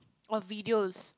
or videos